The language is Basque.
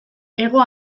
hego